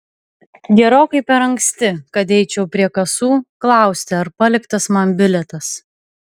gerokai per anksti kad eičiau prie kasų klausti ar paliktas man bilietas